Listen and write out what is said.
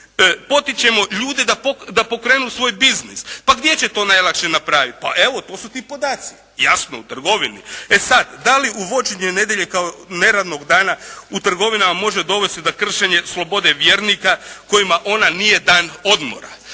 Potičemo ljude da pokrenu svoj biznis. Pa gdje će to najlakše napraviti? Pa evo to su ti podaci. Jasno, u trgovini. E sad, da li uvođenje nedjelje kao neradnog dana u trgovinama može dovesti do kršenja slobode vjernika kojima ona nije dan odmora.